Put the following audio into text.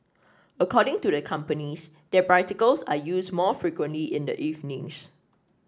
according to the companies their bicycles are used more frequently in the evenings